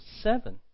seven